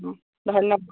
অঁ ধন্যবাদ